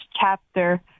chapter